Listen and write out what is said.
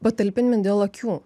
patalpinmi dėl akių